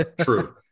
true